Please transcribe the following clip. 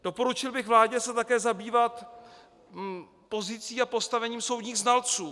Doporučil bych vládě se také zabývat pozicí a postavením soudních znalců.